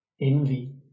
Envy